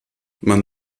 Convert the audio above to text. man